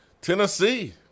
Tennessee